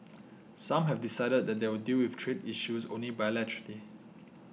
some have decided that they will deal with trade issues only bilaterally